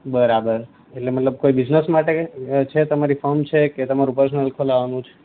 બરાબર એટલે મતલબ કોઇ બિઝનસ માટે છે તમારી ફર્મ છે કે તમારું પર્સનલ ખોલાવવાનું છે